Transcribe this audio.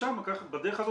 בדרך הזו,